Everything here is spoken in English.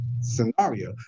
scenario